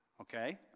okay